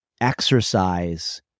exercise